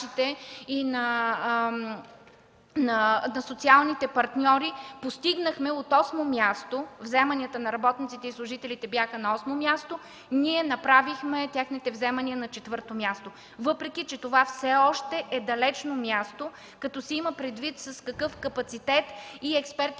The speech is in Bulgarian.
и на социалните партньори, постигнахме от осмо място, вземанията на работниците и служителите бяха на осмо място, ние направихме техните вземания на четвърто място. Това все още е далечно място, като се има предвид с какъв капацитет и експертен